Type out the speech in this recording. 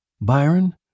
Byron